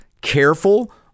careful